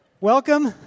Welcome